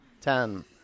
Ten